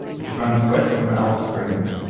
which runs west from alice springs.